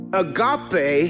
agape